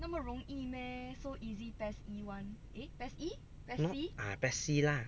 PES C lah